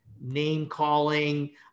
name-calling